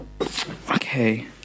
Okay